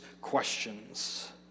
questions